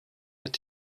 mit